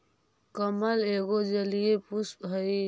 कमल एगो जलीय पुष्प हइ